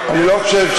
אני לא חושב,